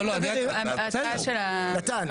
נתן,